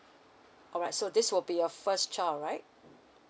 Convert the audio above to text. alright so this will be your first child right